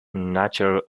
natural